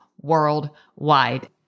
worldwide